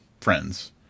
friends